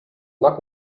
knock